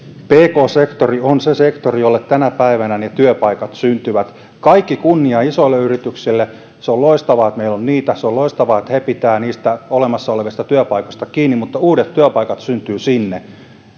pk sektori on se sektori jolle tänä päivänä ne työpaikat syntyvät kaikki kunnia isoille yrityksille se on loistavaa että meillä on niitä se on loistavaa että ne pitävät niistä olemassa olevista työpaikoista kiinni mutta uudet työpaikat syntyvät sinne